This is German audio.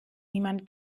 niemand